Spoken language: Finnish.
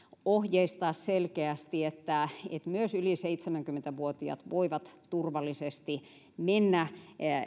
ohjeistaa selkeästi että myös yli seitsemänkymmentä vuotiaat voivat turvallisesti mennä